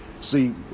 See